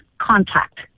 contact